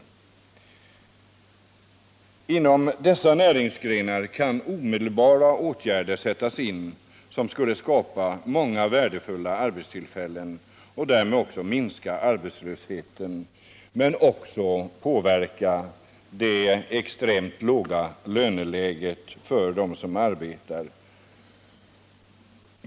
Inom dessa näringsgrenar kan omedelbara åtgärder sättas in, som skulle skapa många värdefulla arbetstillfällen och därmed minska arbetslösheten men också påverka det extremt låga löneläget för de arbetande.